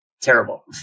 terrible